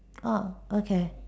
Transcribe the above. ah okay